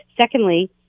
Secondly